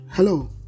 Hello